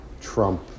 trump